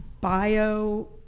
Bio